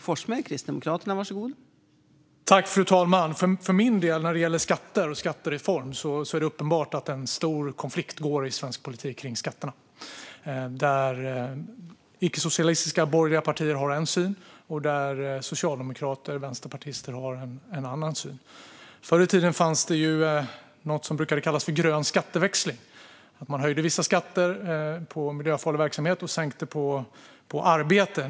Fru talman! När det gäller skatter och en skattereform är det uppenbart för mig att det finns en stor konflikt i svensk politik kring skatterna, där icke-socialistiska borgerliga partier har en syn och där socialdemokrater och vänsterpartister har en annan syn. Förr i tiden fanns det något som brukade kallas för grön skatteväxling, att man höjde vissa skatter på miljöfarlig verksamhet och sänkte skatter på arbete.